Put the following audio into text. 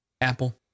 apple